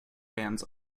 bands